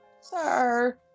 sir